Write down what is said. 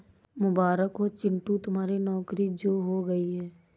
मुबारक हो चिंटू तुम्हारी नौकरी जो हो गई है